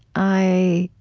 i